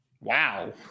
Wow